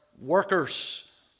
workers